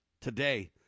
today